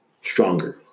stronger